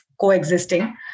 coexisting